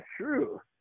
true